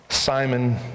Simon